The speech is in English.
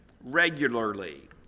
regularly